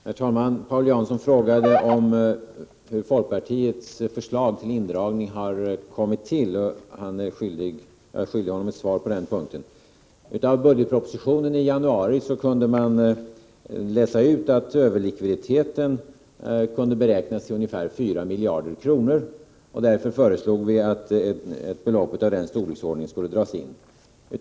Herr talman! Paul Jansson frågade om hur folkpartiets förslag till indragning har kommit till, och jag är skyldig honom ett svar på den punkten. Av budgetpropositionen i januari kunde man läsa ut att överlikviditeten kunde beräknas till ungefär 4 miljarder kronor, och därför föreslog vi att ett belopp av den storleksordningen skulle dras in.